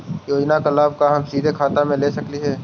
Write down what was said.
योजना का लाभ का हम सीधे खाता में ले सकली ही?